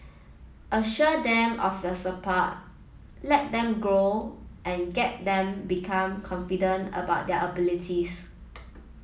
assure them of your support let them grow and get them become confident about their abilities